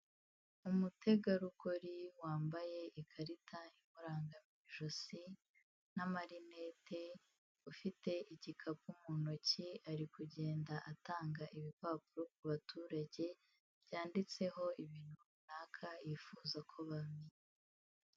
Umutegarugori wambaye ikarita imuranga mu ijosi n'amarinete, ufite igikapu mu ntoki, ari kugenda atanga ibipapuro ku baturage, byanditseho ibintu runaka yifuza ko bamenya.